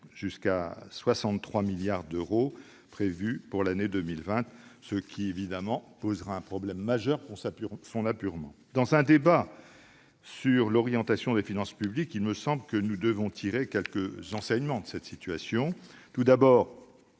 jusqu'à 63 milliards d'euros à la fin de l'année, ce qui poserait un problème majeur pour son apurement. Dans un débat sur l'orientation des finances publiques, il me semble que nous devons tirer quelques enseignements de cette situation. Tout d'abord,